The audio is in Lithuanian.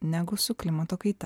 negu su klimato kaita